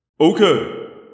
Okay